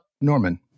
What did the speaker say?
norman